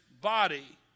body